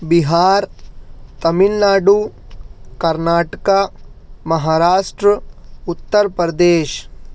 Bihar Tamil Nadu Karnataka Maharashtra Uttar Pradesh